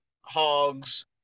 hogs